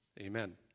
Amen